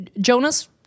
Jonas